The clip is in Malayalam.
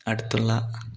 അടുത്തുള്ള